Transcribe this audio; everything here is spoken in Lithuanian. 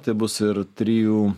tai bus ir trijų